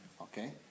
Okay